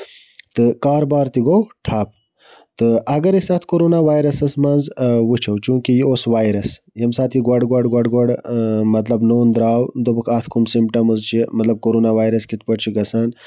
تہٕ کاروبار تہِ گوٚو ٹھپ تہٕ اَگر أسۍ اَتھ کَرونا وایرَسَس منٛز وٕچھو کہِ یہِ اوس وایرَس ییٚمہِ ساتہٕ یہِ گۄڈٕ گۄڈٕ گوڈٕ گۄڈٕ مطلب نوٚن درٛاو دوٚپُکھ اَتھ کٔمۍ سِمٹَمٕز چھِ مطلب کَرونا وایرَس کِتھ پٲٹھۍ چھُ گژھان